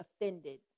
offended